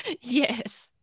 Yes